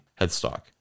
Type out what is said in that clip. headstock